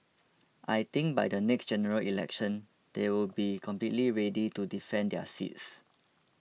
I think by the next General Election they will be completely ready to defend their seats